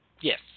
Yes